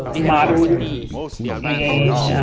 models and